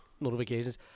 notifications